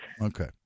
okay